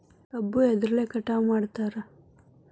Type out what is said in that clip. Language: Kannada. ಕಬ್ಬು ಎದ್ರಲೆ ಕಟಾವು ಮಾಡ್ತಾರ್?